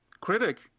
critic